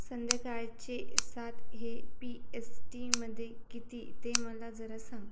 संध्याकाळचे सात हे पी एस टीमध्ये किती ते मला जरा सांग